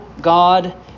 God